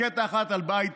רקטה אחת על בית